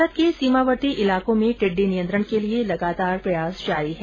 भारत के सीमावर्ती इलाकों में टिड्डी नियंत्रण के लिये लगातार प्रयास जारी है